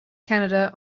canada